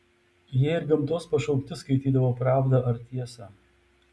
jie ir gamtos pašaukti skaitydavo pravdą ar tiesą